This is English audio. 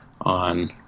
on